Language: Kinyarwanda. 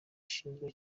ashinjwa